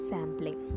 Sampling